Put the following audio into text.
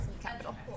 capital